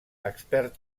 expert